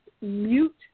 mute